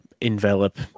envelop